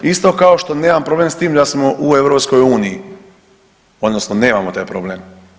Isto kao što nemam problem s tim da smo u EU odnosno nemamo taj problem.